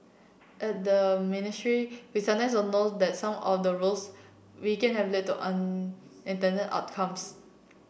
at the ministry we sometimes don't know that some of the rules we can have lead to unintended outcomes